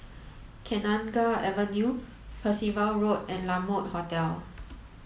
Kenanga Avenue Percival Road and La Mode Hotel